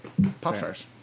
Popstars